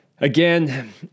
Again